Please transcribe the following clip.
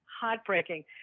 heartbreaking